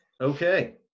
Okay